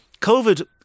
COVID